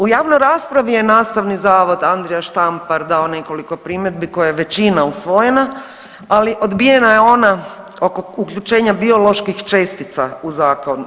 U javnoj raspravi je Nastavni zavod Andrija Štampar dao nekoliko primjedbi koja je većina usvojena, ali odbijena je ona oko uključenja bioloških čestica u zakon.